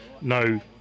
no